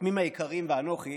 החותמים היקרים ואנוכי